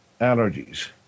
allergies